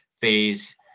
phase